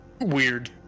weird